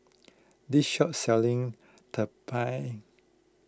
this shop selling Tumpeng